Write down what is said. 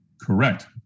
Correct